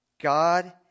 God